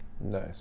nice